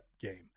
game